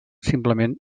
simplement